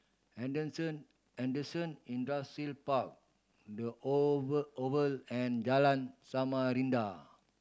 Henderson Henderson Industrial Park The Oval Oval and Jalan Samarinda